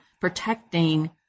protecting